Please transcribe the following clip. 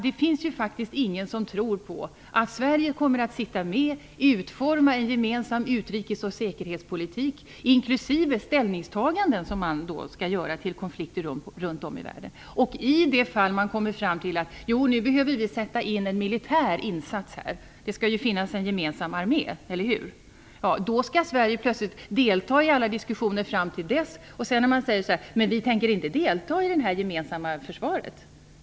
Det finns faktiskt ingen som tror på att Sverige kommer att sitta med och utforma en gemensam utrikes och säkerhetspolitik, inklusive ställningstaganden som man skall göra till konflikter runt om i världen. I de fall man kommer fram till att vi behöver göra en militär insats - det skall ju finnas en gemensam armé, eller hur? - skall Sverige plötsligt delta i alla diskussioner fram till dess. Men ingen tror väl att man då säger: Vi tänker inte delta i det här gemensamma försvaret.